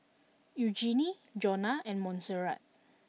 Eugenie Jonna and Monserrat